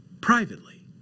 privately